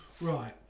Right